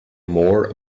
more